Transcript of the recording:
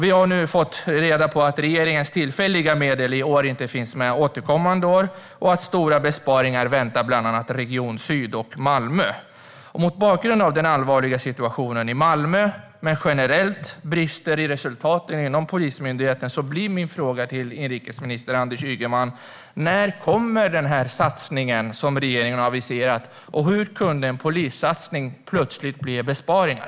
Vi har nu fått reda på att regeringens tillfälliga medel i år inte finns med kommande år och att stora besparingar väntar bland annat för Region Syd och Malmö. Mot bakgrund av den allvarliga situationen i Malmö och de generellt bristande resultaten inom Polismyndigheten blir min fråga till inrikesminister Anders Ygeman: När kommer den satsning som regeringen har aviserat, och hur kunde en polissatsning plötsligt bli besparingar?